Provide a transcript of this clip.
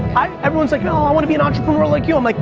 everyone's like, oh, i wanna be an entrepreneur like you. i'm like,